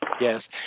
Yes